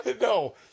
No